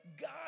God